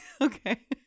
okay